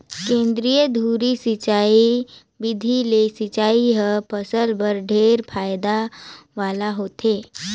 केंद्रीय धुरी सिंचई बिधि ले सिंचई हर फसल बर ढेरे फायदा वाला होथे